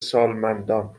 سالمندان